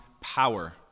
power